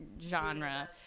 genre